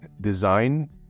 design